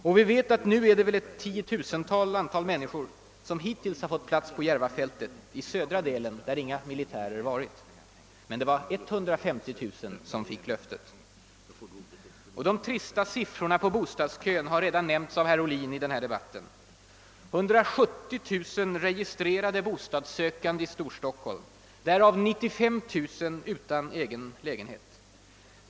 Nu vet vi att bara ett tiotusental människor fått plats i södra delen av Järvafältet, där det inte förekommit militära anläggningar. Men det var 150 000 som fick löftet. De trista siffrorna från bostadskön har redan nämnts i debatten av herr Ohlin. 170 000 registrerade bostadssökande i Storstockholm, därav 95 000 utan egen lägenhet.